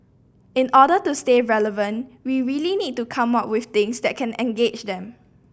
in order to stay relevant we really need to come up with things that can engage them